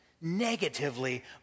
negatively